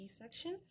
section